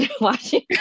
watching